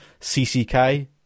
CCK